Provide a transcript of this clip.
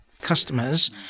customers